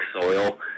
soil